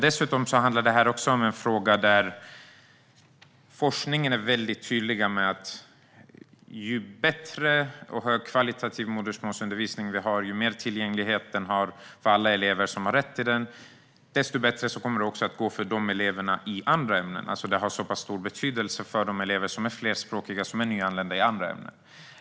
Dessutom är det här en fråga där forskningen är väldigt tydlig: Ju bättre och mer högkvalitativ modersmålsundervisning vi har och ju bättre tillgänglighet den har för alla elever som har rätt till den, desto bättre kommer det att gå för de eleverna i andra ämnen. Detta har stor betydelse för flerspråkiga nyanlända elever.